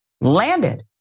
landed